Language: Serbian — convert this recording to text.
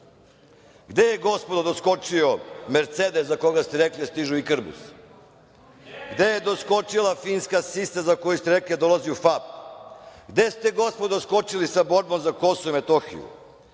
je, gospodo, doskočio „Mercedes“ za koga ste rekli da stiže u „Ikarbus“? Gde je doskočila finska „Sisa“ za koju ste rekli da dolazi u FAP? Gde ste, gospodo, skočili sa borbom za Kosovo i Metohiju?